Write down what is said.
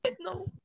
No